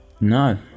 No